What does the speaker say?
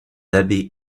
abbés